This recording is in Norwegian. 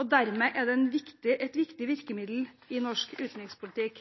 og dermed er den et viktig virkemiddel i norsk utenrikspolitikk.